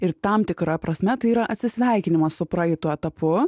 ir tam tikra prasme tai yra atsisveikinimas su praeitu etapu